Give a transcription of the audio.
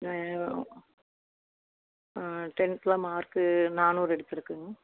டென்தில் mark நானூறு எடுத்துருக்குங்க